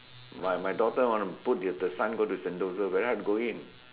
my daughter want to put the son to Saint Joseph very hard to go in